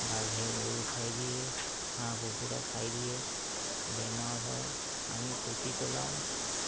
বাঘে গৰু খাই দিয়ে হাঁহ কুকুৰা খাই দিয়ে বেমাৰ হয় আমি পুতি পেলাওঁ